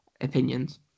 opinions